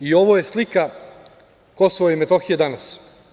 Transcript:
I ovo je slika Kosova i Metohije danas.